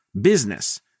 business